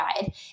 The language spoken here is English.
guide